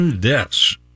deaths